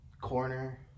corner